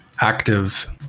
active